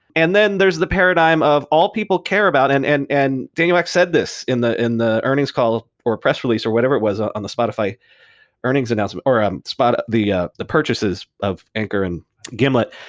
and then there's the paradigm of all people care about and and and daniel ek said this in the in the earnings call, or press release or whatever it was ah on the spotify earnings announcement, or um the ah the purchases of anchor and gimlet.